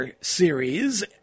series